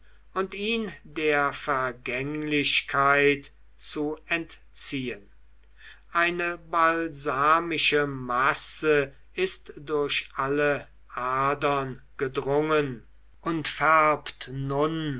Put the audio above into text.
und ihn der vergänglichkeit zu entziehen eine balsamische masse ist durch alle adern gedrungen und färbt